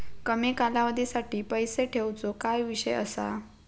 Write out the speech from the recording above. कमी कालावधीसाठी पैसे ठेऊचो काय विषय असा?